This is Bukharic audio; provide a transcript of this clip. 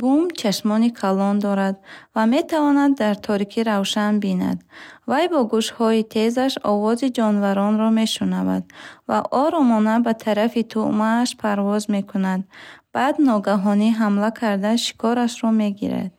Бум чашмони калон дорад ва метавонад дар торикӣ равшан бинад. Вай бо гӯшҳои тезаш овози ҷонваронро мешунавад ва оромона ба тарафи туъмааш парвоз мекунад. Баъд ногаҳонӣ ҳамла карда, шикорашро мегирад.